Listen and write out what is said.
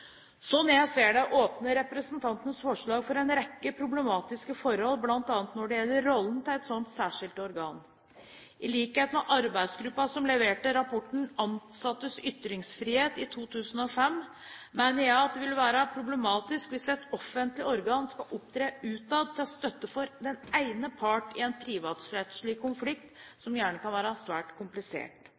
jeg ser det, åpner representantenes forslag for en rekke problematiske forhold, bl.a. når det gjelder rollen til et slikt særskilt organ. I likhet med arbeidsgruppen som leverte rapporten «Ansattes ytringsfrihet» i 2005, mener jeg at det vil være problematisk hvis et offentlig organ skal opptre utad til støtte for den ene parten i en privatrettslig konflikt som gjerne kan være svært komplisert.